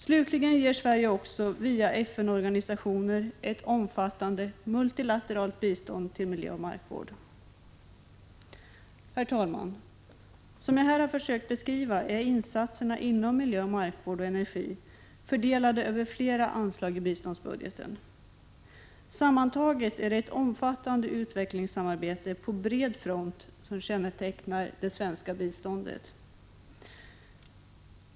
Slutligen ger Sverige också via FN-organisationer ett omfattande multilateralt bistånd till miljö och markvård. Herr talman! Som jag här har försökt beskriva är insatserna inom miljö, markvård och energi fördelade över flera anslag i biståndsbudgeten. Sammantaget är det ett omfattande utvecklingssamarbete på bred front som kännetecknar det svenska biståndet.